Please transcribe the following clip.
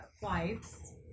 flights